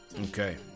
Okay